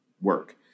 work